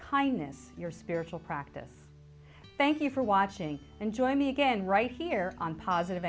kindness your spiritual practice thank you for watching and join me again right here on positive